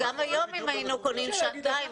גם אם היום היינו קונים שעתיים,